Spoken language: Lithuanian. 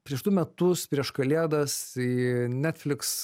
prieš du metus prieš kalėdas į netflix